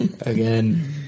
again